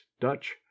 Dutch